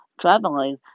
traveling